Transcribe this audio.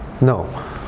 No